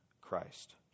Christ